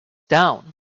down